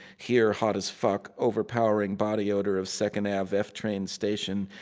here, hot as fuck, overpowering body odor of second ave train station,